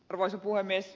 arvoisa puhemies